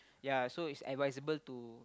yea so it's advisable to